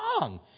wrong